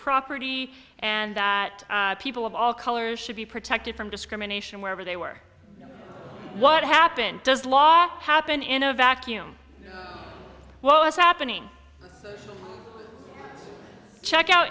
property and that people of all colors should be protected from discrimination wherever they were what happened does law happen in a vacuum well as happening check out